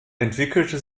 entwickelte